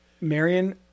Marion